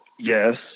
Yes